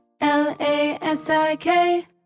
L-A-S-I-K